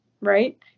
right